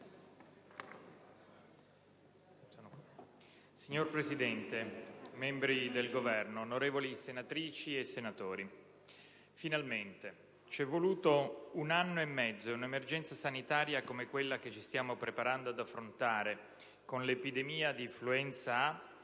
Signor Presidente, membri del Governo, onorevoli senatrici e senatori, finalmente! C'è voluto un anno e mezzo e un'emergenza sanitaria come quella che ci stiamo preparando ad affrontare con l'epidemia di influenza A,